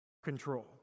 Control